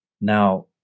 Now